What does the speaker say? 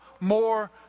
more